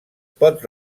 pot